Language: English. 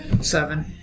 Seven